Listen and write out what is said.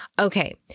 Okay